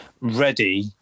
ready